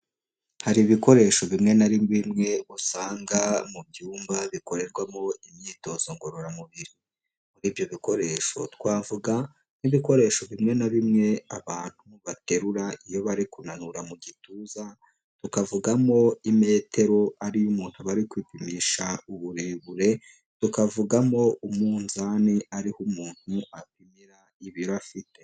Hari ibikoresho bimwe na bimwe usanga mu byumba bikorerwamo imyitozo ngororamubiri, muri ibyo bikoresho twavuga nk'ibikoresho bimwe na bimwe abantu baterura iyo bari kunanura mu gituza, tukavugamo imetero ariyo umuntu aba ari kwipimisha uburebure, tukavugamo umunzani ariho umuntu apimira ibiro afite.